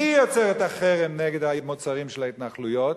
מי יוצר את החרם נגד המוצרים של ההתנחלויות?